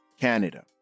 Canada